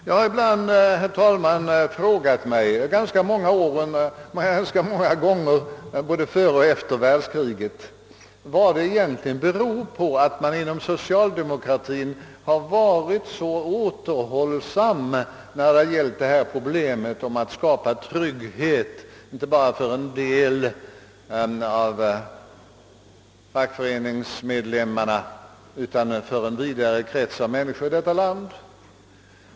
Jag har ganska många gånger både före och efter andra världskriget frågat mig vad det egentligen beror på att man inom socialdemokratin är så återhållsam när det gäller problemet att skapa sysselsättningsirygghet inte bara för en del fackföreningsmedlem : mar utan även för en vidare krets av människor i detta land.